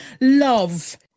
love